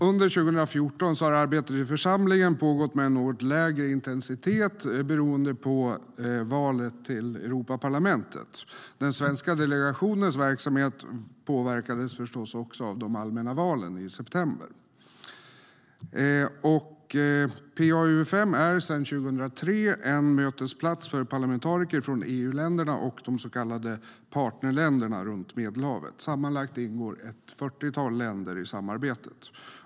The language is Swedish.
Under 2014 har arbetet i församlingen pågått med något lägre intensitet beroende på valet till Europaparlamentet. Den svenska delegationens verksamhet påverkades förstås också av de allmänna valen i september. PA-UfM är sedan 2003 en mötesplats för parlamentariker från EU-länderna och de så kallade partnerländerna runt Medelhavet. Sammanlagt ingår ett fyrtiotal länder i samarbetet.